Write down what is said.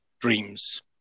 Dreams